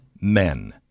Men